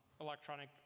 electronic